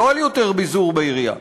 לא על יותר ביזור בעירייה.